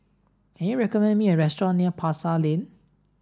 can you recommend me a restaurant near Pasar Lane